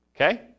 Okay